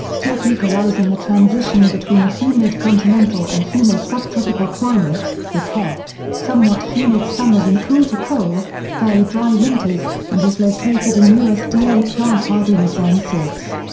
topeka lies in the transition between a humid continental and humid subtropical climate, with hot, somewhat humid summers and cool to cold, fairly dry winters, and is located in usda plant hardiness zone six.